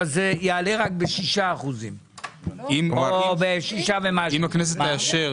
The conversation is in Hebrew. אז זה יעלה רק ב-6% או ב-6 ומשהו אחוזים.